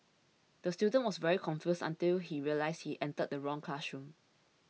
the student was very confused until he realised he entered the wrong classroom